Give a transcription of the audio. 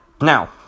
Now